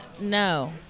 no